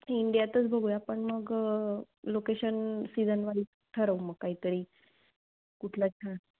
इंडियातच बघूया पण मग लोकेशन सीजनवाईज ठरवू मग काहीतरी कुठलं छान